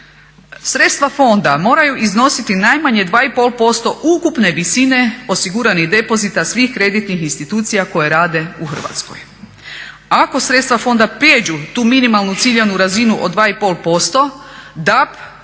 Sredstva fonda moraju iznositi najmanje 2,5% ukupne visine osiguranih depozita svih kreditnih institucija koje rade u Hrvatskoj. Ako sredstva fonda prijeđu tu minimalnu ciljanu razinu od 2,5% DAB